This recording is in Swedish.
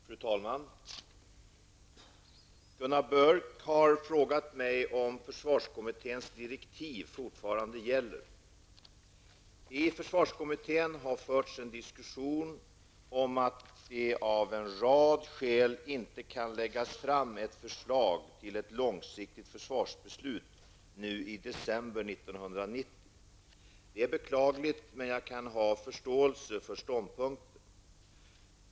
Fru talman! Gunnar Björk har frågat mig om försvarskommitténs direktiv fortfarande gäller. I försvarskommittén har förts en diskussion om att det av en rad skäl inte kan läggas fram ett förslag till ett långsiktigt försvarsbeslut nu i december 1990. Detta är beklagligt, men jag kan ha förståelse för ståndpunkten.